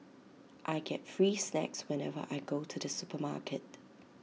I get free snacks whenever I go to the supermarket